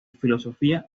filosofía